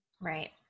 Right